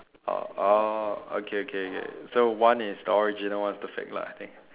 oh okay okay okay so one is the original one is the fake lah I think